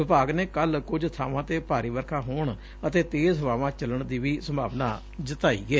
ਵਿਭਾਗ ਨੇ ਕਲ ਕੁਝ ਬਾਵਾਂ ਤੇ ਭਾਰੀ ਵਰਖਾ ਹੋਣ ਅਤੇ ਤੇਜ ਹਵਾਵਾਂ ਚੱਲਣ ਦੀ ਸੰਭਾਵਨਾ ਜਤਾਈ ਏ